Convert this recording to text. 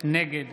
נגד